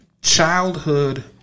Childhood